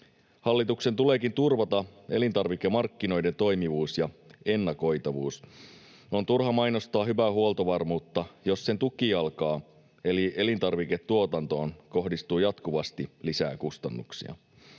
Hallituksen tuleekin turvata elintarvikemarkkinoiden toimivuus ja ennakoitavuus. On turha mainostaa hyvää huoltovarmuutta, jos sen tukijalkaan, eli elintarviketuotantoon, kohdistuu jatkuvasti lisää kustannuksia.